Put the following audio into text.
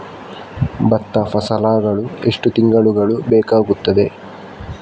ಭತ್ತ ಫಸಲಾಗಳು ಎಷ್ಟು ತಿಂಗಳುಗಳು ಬೇಕಾಗುತ್ತದೆ?